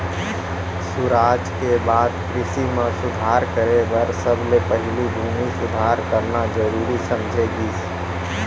सुराज के बाद कृसि म सुधार करे बर सबले पहिली भूमि सुधार करना जरूरी समझे गिस